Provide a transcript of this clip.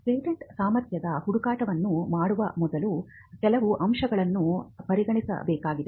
patent ಸಾಮರ್ಥ್ಯದ ಹುಡುಕಾಟವನ್ನು ಮಾಡುವ ಮೊದಲು ಕೆಲವು ಅಂಶಗಳನ್ನು ಪರಿಗಣಿಸಬೇಕಾಗಿದೆ